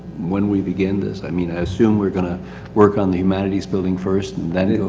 when we begin this i mean i assume we're gonna work on the humanity's building first and then.